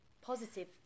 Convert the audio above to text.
positive